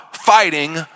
fighting